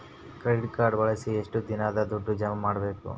Credit card ಬಳಸಿದ ಎಷ್ಟು ದಿನದಾಗ ದುಡ್ಡು ಜಮಾ ಮಾಡ್ಬೇಕು?